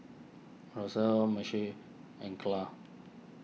Rosella Moshe and Claud